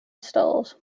stills